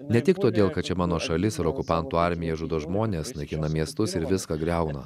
ne tik todėl kad čia mano šalis ir okupantų armija žudo žmones naikina miestus ir viską griauna